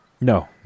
No